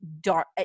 dark